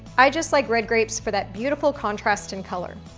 i just like red grapes for that beautiful contrast in color.